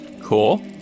cool